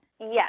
Yes